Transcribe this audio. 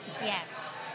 Yes